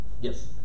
Yes